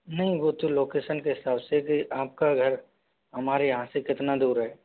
नहीं वो तो लोकेशन के हिसाब से की आपका घर हमारे यहाँ से कितना दूर है